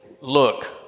Look